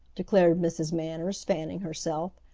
declared mrs. manners, fanning herself.